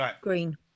green